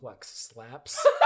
slaps